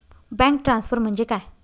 Bank transfer म्हणजे काय?